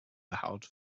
behoud